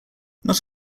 not